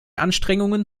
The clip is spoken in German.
anstrengungen